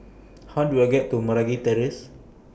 How Do I get to Meragi Terrace